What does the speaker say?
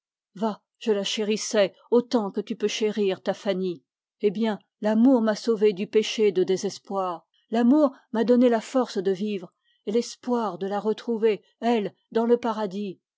va je la chérissais autant que tu peux chérir ta fanny eh bien l'amour m'a sauvé du péché de désespoir l'amour m'a donné la force de vivre et l'espoir de la retrouver elle dans le paradis